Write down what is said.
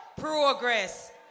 progress